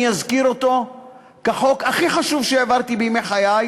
אזכיר אותו כחוק הכי חשוב שהעברתי בימי חיי,